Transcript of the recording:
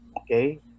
Okay